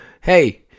hey